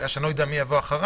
בגלל שאני לא יודע מי יבוא אחריו,